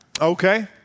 okay